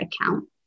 account